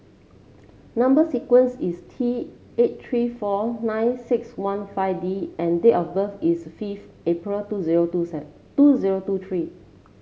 number sequence is T eight three four nine six one five D and date of birth is fifth April two zero two two zero two three